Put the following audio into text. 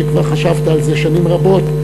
שכבר חשבת על זה שנים רבות,